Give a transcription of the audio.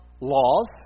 Laws